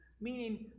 Meaning